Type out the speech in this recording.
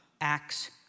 acts